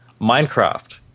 minecraft